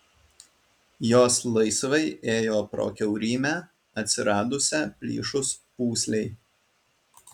jos laisvai ėjo pro kiaurymę atsiradusią plyšus pūslei